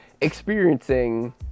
experiencing